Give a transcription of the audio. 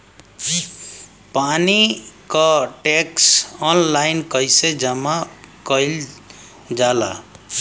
पानी क tax online कईसे जमा कईल जाला?